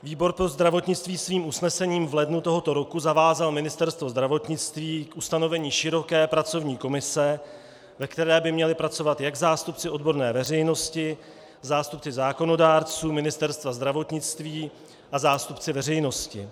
Výbor pro zdravotnictví svým usnesením v lednu tohoto roku zavázal Ministerstvo zdravotnictví k ustanovení široké pracovní komise, ve které by měli pracovat jak zástupci odborné veřejnosti, zástupci zákonodárců, Ministerstva zdravotnictví a zástupci veřejnosti.